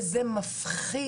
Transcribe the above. וזה באמת מפחיד.